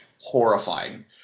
horrifying